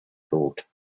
thought